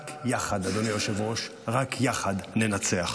רק יחד, אדוני היושב-ראש, רק יחד ננצח.